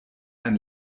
ein